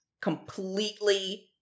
completely